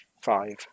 Five